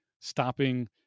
stopping